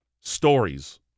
stories